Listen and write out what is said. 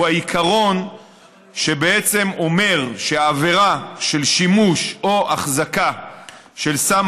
העיקרון שבעצם אומר שהעבירה של שימוש או החזקה של סם